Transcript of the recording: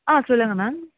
ஆ சொல்லுங்க மேம்